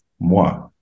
Moi